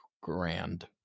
grand